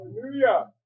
Hallelujah